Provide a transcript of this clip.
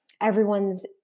everyone's